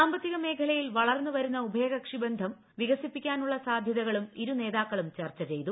സാമ്പത്തികമേഖലയിൽ വളർന്നുവരുന്ന ഉഭയകക്ഷിബന്ധം വികസിപ്പിക്കാനുള്ള സാധൃതകളും ഇരു നേതാക്കളും ചർച്ച ചെയ്തു